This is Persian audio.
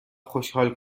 خوشحال